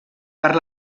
per